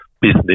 business